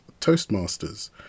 Toastmasters